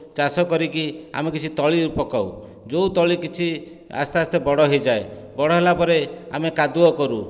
ଚାଷ କରିକି ଆମେ କିଛି ତଳି ପକାଉ ଯେଉଁ ତଳି କିଛି ଆସ୍ତେ ଆସ୍ତେ ବଡ଼ ହେଇଯାଏ ବଡ଼ ହେଲା ପରେ ଆମେ କାଦୁଅ କରୁ